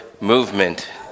movement